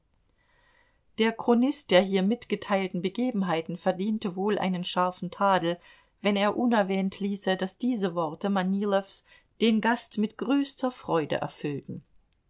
der chronist der hier mitgeteilten begebenheiten verdiente wohl einen scharfen tadel wenn er unerwähnt ließe daß diese worte manilows den gast mit größter freude erfüllten